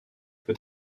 peut